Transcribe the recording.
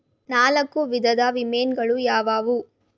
ನಾಲ್ಕು ವಿಧದ ವಿಮೆಗಳು ಯಾವುವು?